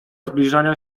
zbliżania